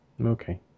Okay